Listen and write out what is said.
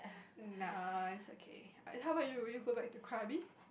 nah is okay how about you will you go back to Krabi